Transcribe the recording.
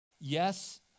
Yes